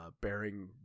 bearing